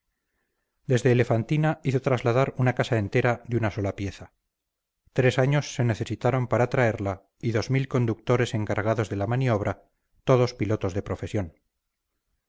desde elefantina hizo trasladar una casa entera de una sola pieza tres años se necesitaron para traerla y dos mil conductores encargados de la maniobra todos pilotos de profesión